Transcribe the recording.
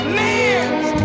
man's